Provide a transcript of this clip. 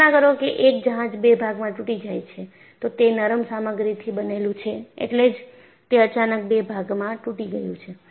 કલ્પના કરો કે એક જહાજ 2 ભાગ માં તૂટી જાય છે તો તે નરમ સામગ્રીથી બનેલું છે એટલે જ તે અચાનક 2 ભાગમાં તૂટી ગયું છે